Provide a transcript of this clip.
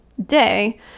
day